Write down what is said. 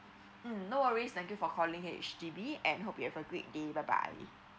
mm no worries thank you for calling H_D_B and hope you have a great day bye bye